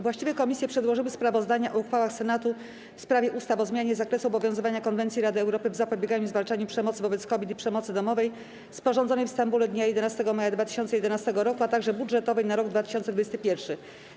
Właściwe komisje przedłożyły sprawozdania o uchwałach Senatu w sprawie ustaw: o zmianie zakresu obowiązywania Konwencji Rady Europy o zapobieganiu i zwalczaniu przemocy wobec kobiet i przemocy domowej, sporządzonej w Stambule dnia 11 maja 2011 r., a także budżetowej na rok 2021.